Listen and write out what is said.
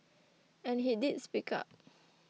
and he did speak up